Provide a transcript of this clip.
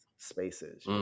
spaces